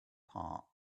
part